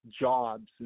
jobs